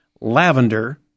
Lavender